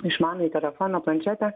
išmanųjį telefoną planšetę